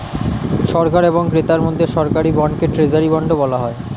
সরকার এবং ক্রেতার মধ্যে সরকারি বন্ডকে ট্রেজারি বন্ডও বলা হয়